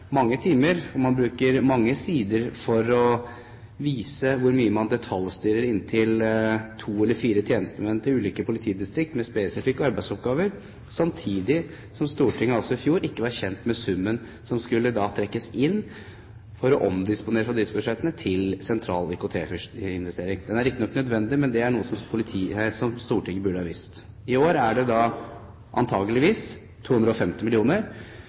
mange timer og mange sider på å vise hvor mye man detaljstyrer en økning på inntil to eller fire tjenestemenn til ulike politidistrikt med spesifikke arbeidsoppgaver, samtidig som Stortinget i fjor ikke var kjent med summen som da skulle trekkes inn for å omdisponere fra driftsbudsjettene til en sentral IKT-investering. Den er riktignok nødvendig, men det er noe som Stortinget burde ha visst. I år er det antakeligvis 250